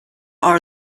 are